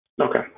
Okay